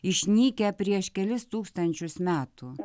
išnykę prieš kelis tūkstančius metų